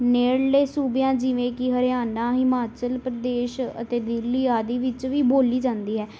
ਨੇੜਲੇ ਸੂਬਿਆਂ ਜਿਵੇਂ ਕਿ ਹਰਿਆਣਾ ਹਿਮਾਚਲ ਪ੍ਰਦੇਸ਼ ਅਤੇ ਦਿੱਲੀ ਆਦਿ ਵਿੱਚ ਵੀ ਬੋਲੀ ਜਾਂਦੀ ਹੈ